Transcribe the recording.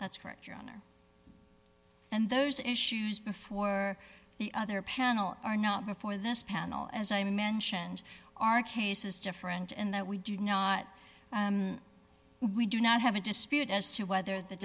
that's correct your honor and those issues before the other panel are not before this panel as i mentioned our case is different in that we do not we do not have a dispute as to whether th